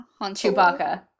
Chewbacca